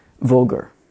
vulgar